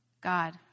God